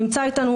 נמצא איתנו,